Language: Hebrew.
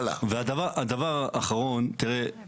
דבר אחרון לצערי הרב,